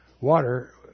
water